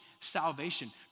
salvation